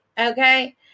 Okay